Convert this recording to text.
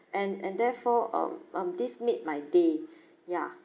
and and therefore um um this made my day ya